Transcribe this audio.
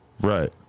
Right